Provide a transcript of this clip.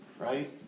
Right